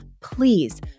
please